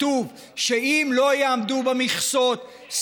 שאם לא יעמדו במכסות,